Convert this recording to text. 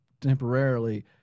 temporarily